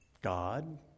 God